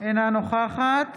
אינה נוכחת